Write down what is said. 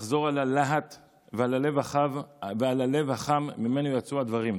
לחזור על הלהט ועל הלב החם שממנו יצאו הדברים.